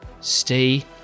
stay